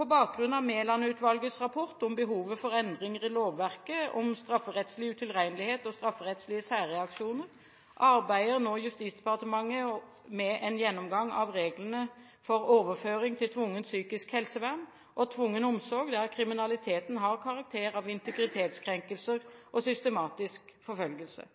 På bakgrunn av Mæland-utvalgets rapport om behovet for endringer i lovverket, om strafferettslig utilregnelighet og strafferettslige særreaksjoner, arbeider Justisdepartementet nå med en gjennomgang av reglene for overføring til tvungent psykisk helsevern og tvungen omsorg der kriminaliteten har karakter av integritetskrenkelser og systematisk forfølgelse.